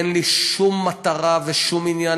אין לי שום מטרה ושום עניין,